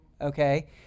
okay